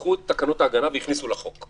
לקחו את התקש"ח והכניסו לחוק.